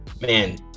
Man